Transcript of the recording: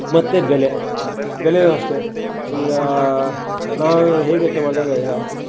ಮತ್ತು ಬೆಲೆ ಬೆಲೆಯೂ ಅಷ್ಟೇ ಈಗ ನಾವು ಹೇಗೆ ಯೋಚನೆ ಮಾಡೋದಂದ್ರೆ ಈಗ